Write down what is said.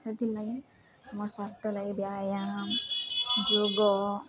ସେଥିର୍ଲାଗି ଆମର ସ୍ୱାସ୍ଥ୍ୟ ଲାଗି ବ୍ୟାୟାମ ଯୋଗ